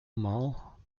mall